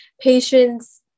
patients